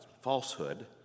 falsehood